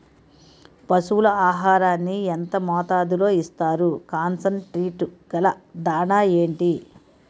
పశువుల ఆహారాన్ని యెంత మోతాదులో ఇస్తారు? కాన్సన్ ట్రీట్ గల దాణ ఏంటి?